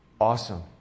awesome